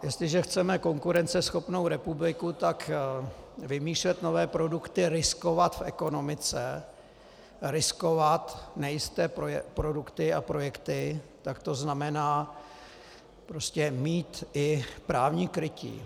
Jestliže chceme konkurenceschopnou republiku, tak vymýšlet nové produkty, riskovat v ekonomice, riskovat nejisté produkty a projekty znamená mít i právní krytí.